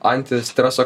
antį streso